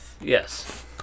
Yes